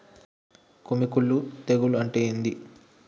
కొమ్మి కుల్లు తెగులు అంటే ఏంది?